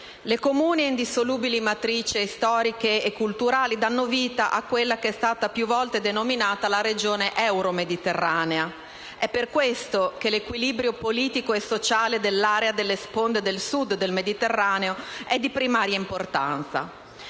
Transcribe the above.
Le comuni ed indissolubili matrici storiche e culturali danno vita a quella che è stata più volte denominata la regione euromediterranea: è per questo che l'equilibrio politico e sociale dell'area delle sponde del Sud del Mediterraneo è di primaria importanza.